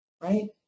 right